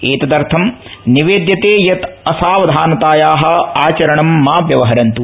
एतदर्थ निवेद्यते यत् असावधानतायाः आचरणं मा व्यवहरन्त्